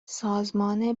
سازمان